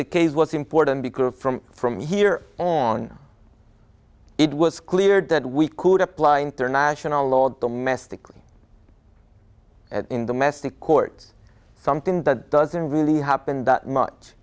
the case was important because from from here on it was clear that we could apply international law domestically in domestic courts something that doesn't really happen that much